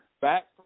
back